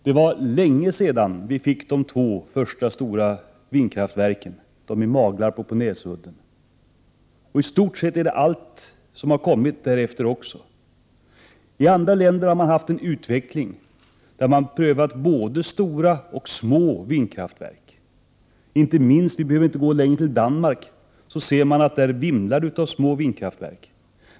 Det var länge sedan Sverige fick de två första stora vindkraftverken i Maglarp och på Näsudden. I stort sett är det allt som har tillkommit i fråga om vindkraft. I andra länder har det skett en utveckling, och man har prövat både stora och små vindkraftverk. Man behöver inte gå längre än till Danmark för att se att det där vimlar av små vindkraftverk.